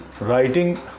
Writing